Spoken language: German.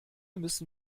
müssen